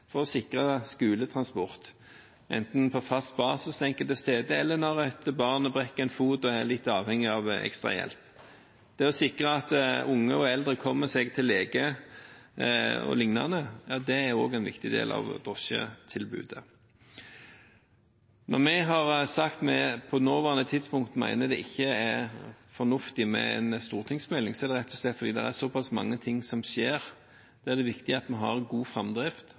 for å sikre skoletransport, enten på fast basis enkelte steder eller når et barn brekker en fot og er litt avhengig av ekstra hjelp. Det å sikre at unge og eldre kommer seg til lege og lignende, er også en viktig del av drosjetilbudet. Når vi har sagt at vi på nåværende tidspunkt mener det ikke er fornuftig med en stortingsmelding, er det rett og slett fordi det er såpass mange ting som skjer, og da er det viktig at vi har god framdrift.